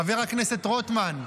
חבר הכנסת רוטמן.